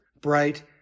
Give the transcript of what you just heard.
bright